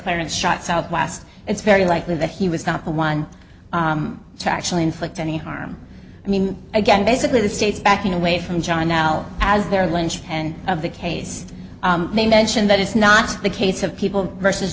clemens shot southwest it's very likely that he was not the one to actually inflict any harm i mean again basically the state's backing away from john now as their lynch and of the case they mentioned that is not the case of people versus